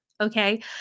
Okay